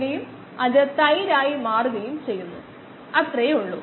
85 ആണ് ഇത് ഈ രണ്ടിന്റെയും ശരാശരിയാണ് അതാണ് നമ്മൾ നൽകേണ്ടത്